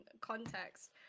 context